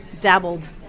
dabbled